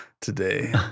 today